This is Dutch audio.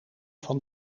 van